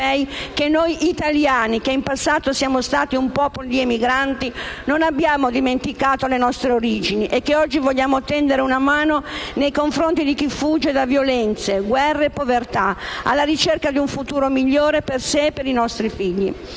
che noi Italiani, che in passato siamo stati un popolo di emigranti, non abbiamo dimenticato le nostre origini e oggi vogliamo tendere una mano nei confronti di chi fugge da violenze, guerre e povertà alla ricerca di un futuro migliore per sé e per i propri figli,